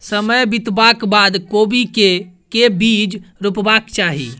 समय बितबाक बाद कोबी केँ के बीज रोपबाक चाहि?